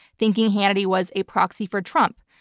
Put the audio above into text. thinking hannity was a proxy for trump.